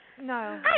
no